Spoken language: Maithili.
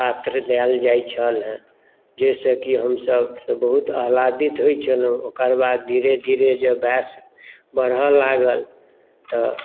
पात्र लेल जाइत छल हँ जाहि सॅं कि हम सभ बहुत आह्यालादित होइत छलहुँ हँ ओकर बाद जब धीरे धीरे जब वयस बढ़ऽ लागल तऽ